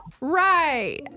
Right